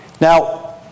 Now